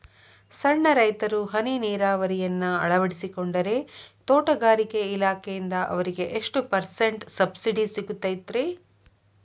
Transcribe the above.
ಸಣ್ಣ ರೈತರು ಹನಿ ನೇರಾವರಿಯನ್ನ ಅಳವಡಿಸಿಕೊಂಡರೆ ತೋಟಗಾರಿಕೆ ಇಲಾಖೆಯಿಂದ ಅವರಿಗೆ ಎಷ್ಟು ಪರ್ಸೆಂಟ್ ಸಬ್ಸಿಡಿ ಸಿಗುತ್ತೈತರೇ?